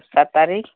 ସାତ ତାରିଖ